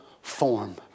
form